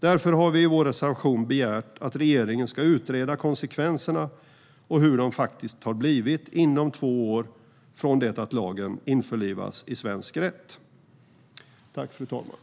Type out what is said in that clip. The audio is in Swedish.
Därför har vi i vår reservation begärt att regeringen inom två år från det att lagen införlivas i svensk rätt ska utreda vilka konsekvenserna faktiskt har blivit.